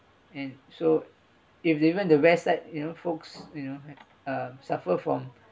and so if they went to west side you know folks you know uh suffer from